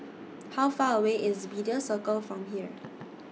How Far away IS Media Circle from here